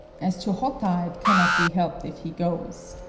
as to hotta, it cannot be helped if he goes.